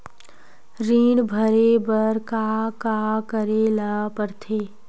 ऋण भरे बर का का करे ला परथे?